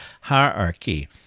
hierarchy